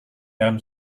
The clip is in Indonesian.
dalam